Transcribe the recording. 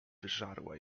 wyżarła